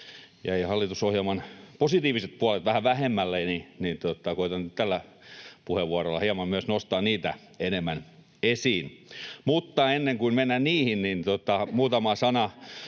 hallitusohjelman positiiviset puolet vähän vähemmälle, niin koetan nyt tällä puheenvuorolla hieman myös nostaa niitä enemmän esiin. Mutta ennen kuin mennään niihin, niin muutama sana